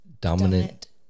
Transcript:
dominant